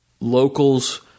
locals